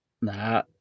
nah